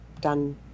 done